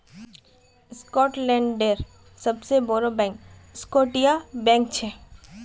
स्कॉटलैंडेर सबसे बोड़ो बैंक स्कॉटिया बैंक छे